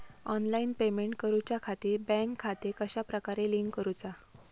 Online payment करुच्याखाती bank खाते कश्या प्रकारे लिंक करुचा?